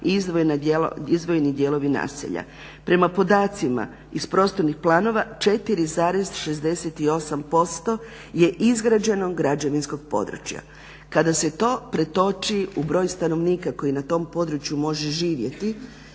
izdvojeni dijelovi naselja. Prema podacima iz prostornih planova 4,68% je izgrađeno građevinskog područja. Kada se to pretoči u broj stanovnika koji na tom području može živjeti,